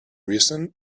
reason